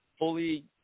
fully